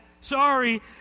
Sorry